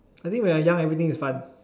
I think when I young everything was fun